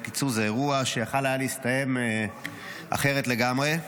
בקיצור, זה אירוע שיכול היה להסתיים אחרת לגמרי.